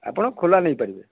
ଆପଣ ଖୋଲା ନେଇପାରିବେ